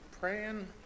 Praying